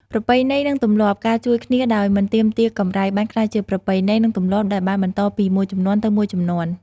ប្រពៃណី និងទម្លាប់ ការជួយគ្នាដោយមិនទាមទារកម្រៃ បានក្លាយជាប្រពៃណី និងទម្លាប់ដែលបានបន្តពីមួយជំនាន់ទៅមួយជំនាន់។